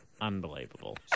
Unbelievable